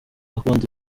akunda